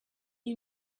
you